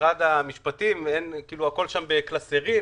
במשרד המשפטים הכול בקלסרים,